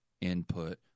input